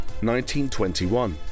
1921